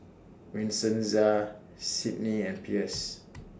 Vincenza Sydnie and Pierce